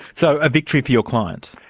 so, a victory for your client?